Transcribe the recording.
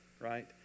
right